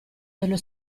dello